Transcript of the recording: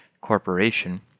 corporation